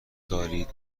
دارید